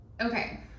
Okay